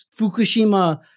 Fukushima